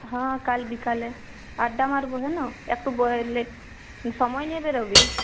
হাঁ কাল বিকালে আড্ডা মারবো হেন একটু বয়া লেট সময় নিয়ে বেরোবি